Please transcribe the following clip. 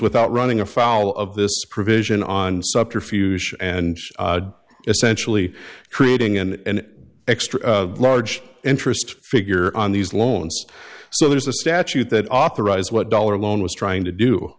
without running afoul of this provision on subterfuge and essentially creating an extra large interest figure on these loans so there's a statute that authorized what dollar loan was trying to do